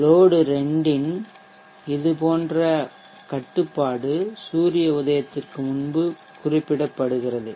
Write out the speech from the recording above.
load 2 இன் இதுபோன்ற கட்டுப்பாடு சூரிய உதயத்திற்கு முன்பு குறிப்பிடப்படுகிறது